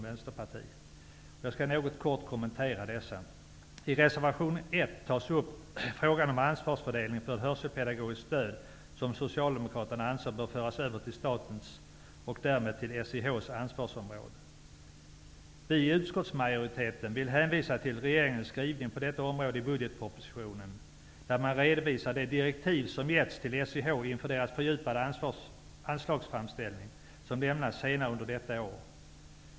Jag skall kort kommentera dessa. I reservation nr 1 tas frågan om ansvarsfördelning för hörselpedagogiskt stöd upp. Socialdemokraterna anser att stödet bör föras över till statens, och därmed till SIH:s, ansvarsområde. Utskottsmajoriteten vill hänvisa till regeringens skrivning på detta område i budgetpropositionen, där man redovisar vilka direktiv som givits till SIH inför den fördjupade anslagsframställning som lämnas senare under detta år.